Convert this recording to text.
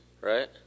Right